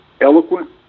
eloquent